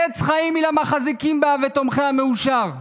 "עץ חיים היא למחזיקים בה ותומכיה מאושר".